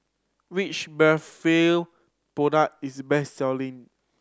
which Blephagel product is best selling